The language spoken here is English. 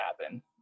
happen